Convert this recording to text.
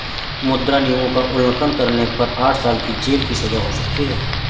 मुद्रा नियमों का उल्लंघन करने पर आठ साल की जेल की सजा हो सकती हैं